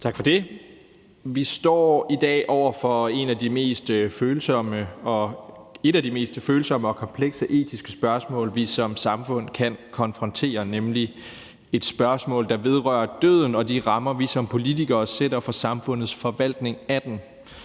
Tak for det. Vi står i dag over for et af de mest følsomme og komplekse etiske spørgsmål, vi som samfund kan blive konfronteret med, nemlig et spørgsmål, der vedrører døden og de rammer, vi som politikere sætter for samfundets forvaltning af den.